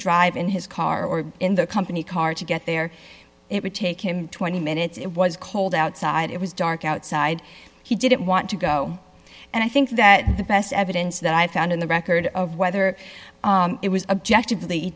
drive in his car or in the company car to get there it would take him twenty minutes it was cold outside it was dark outside he didn't want to go and i think that the best evidence that i found in the record of whether it was objective